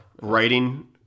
Writing